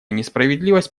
несправедливость